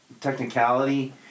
technicality